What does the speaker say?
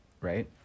Right